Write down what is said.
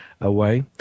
away